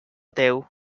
teu